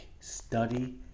study